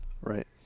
Right